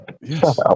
Yes